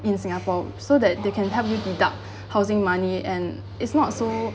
in singapore so that they can have you deduct housing money and it's not so